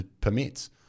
permits